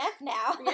now